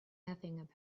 nothing